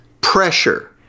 pressure